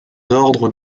ordres